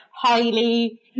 Highly